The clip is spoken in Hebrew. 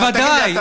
בוודאי,